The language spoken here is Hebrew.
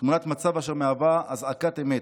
תמונת מצב אשר מהווה אזעקת אמת.